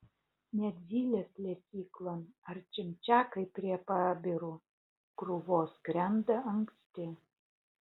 net zylės lesyklon ar čimčiakai prie pabirų krūvos skrenda anksti